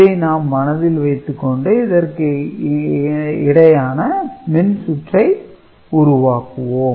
இதை நாம் மனதில் வைத்து கொண்டு இதற்கு இடையான மின்சுற்று உருவாக்குவோம்